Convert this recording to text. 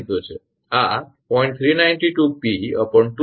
આ 0